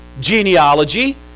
genealogy